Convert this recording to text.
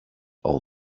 all